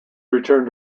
returned